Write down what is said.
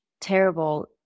terrible